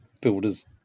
builders